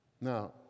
Now